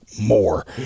more